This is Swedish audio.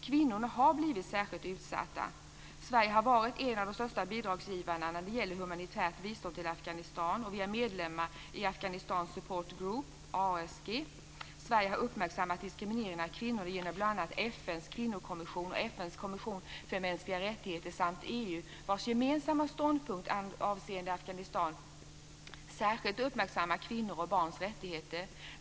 Kvinnorna har blivit särskilt utsatta. Sverige har varit och är en av de största bidragsgivarna när det gäller humanitärt bistånd till Afghanistan, och vi är medlemmar i Afghanistan Support Group, ASG. Sverige har uppmärksammat diskrimineringen av kvinnor genom bl.a. FN:s kvinnokommission och FN:s kommission för mänskliga rättigheter samt EU, vars gemensamma ståndpunkt avseende Afghanistan särskilt uppmärksammat kvinnors och barns rättigheter.